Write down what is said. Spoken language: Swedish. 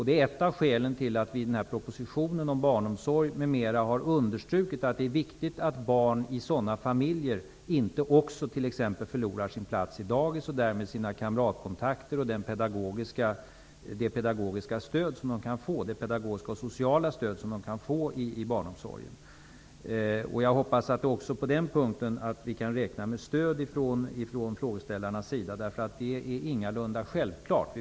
Det är ett av skälen till att vi i propositionen om barnomsorg m.m. understryker att det är viktigt att barn i sådana familjer inte också t.ex. förlorar sin plats på dagis samt därmed sina kamratkontakter och det pedagogiska och sociala stöd som de kan få i barnomsorgen. Jag hoppas att vi också på den punkten kan räkna med stöd från frågeställarnas sida.